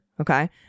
Okay